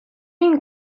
این